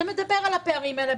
שמדבר על הפערים האלה.